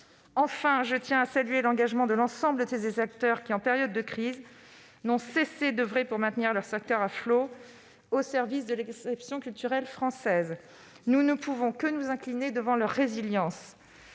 Enfin, je tiens à saluer l'engagement de l'ensemble de ces acteurs qui, en période de crise, n'ont cessé d'oeuvrer pour maintenir leur secteur à flot, au service de l'exception culturelle française. Nous ne pouvons que nous incliner devant leur résilience.